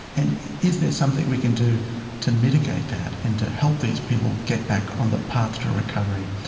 and is there something we can do to mitigate that and to help these people get back on the path to recovery?